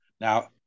now